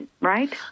right